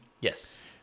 Yes